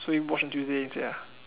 so we watch on Tuesday instead ah